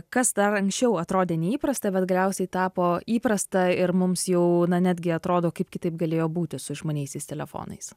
kas dar anksčiau atrodė neįprasta bet galiausiai tapo įprasta ir mums jau na netgi atrodo kaip kitaip galėjo būti su išmaniaisiais telefonais